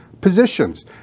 Positions